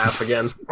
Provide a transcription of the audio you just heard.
again